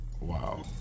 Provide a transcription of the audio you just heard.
Wow